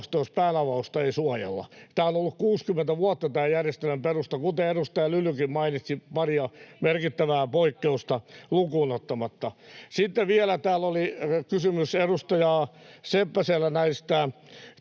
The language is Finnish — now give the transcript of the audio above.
jos päänavausta ei suojella. Tämä on ollut 60 vuotta tämän järjestelmän perusta, [Niina Malm: Miksi pitää muuttaa sitten?] kuten edustaja Lylykin mainitsi, paria merkittävää poikkeusta lukuun ottamatta. Sitten täällä oli vielä kysymys edustaja Seppäsellä näistä